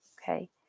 Okay